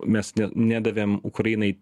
mes ne nedavėm ukrainai